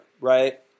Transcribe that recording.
right